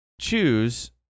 choose